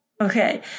Okay